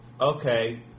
okay